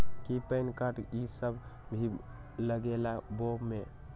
कि PAN card इ सब भी लगेगा वो में?